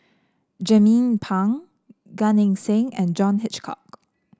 Jernnine Pang Gan Eng Seng and John Hitchcock